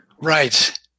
right